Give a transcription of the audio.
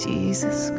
Jesus